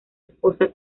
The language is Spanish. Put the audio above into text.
esposa